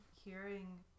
hearing